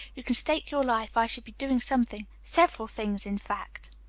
you can stake your life i should be doing something, several things, in fact.